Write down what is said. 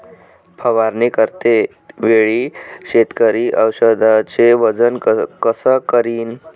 फवारणी करते वेळी शेतकरी औषधचे वजन कस करीन?